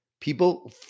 People